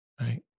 right